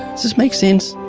does this make sense?